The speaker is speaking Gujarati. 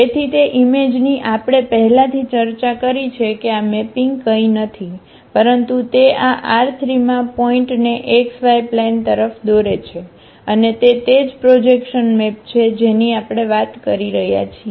તેથી જે ઇમેજની આપણે પહેલાથી ચર્ચા કરી છે કે આ મેપિંગ કંઈ નથી પરંતુ તે આ R3 માં પોઇન્ટને xy પ્લેન તરફ દોરે છે અને તે તે જ પ્રોજેક્શનમેપ છે જેની આપણે વાત કરી રહ્યા છીએ